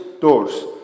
doors